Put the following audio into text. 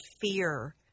fear